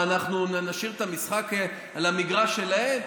מה, אנחנו נשאיר את המשחק על המגרש שלהם?